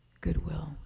goodwill